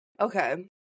Okay